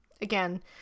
Again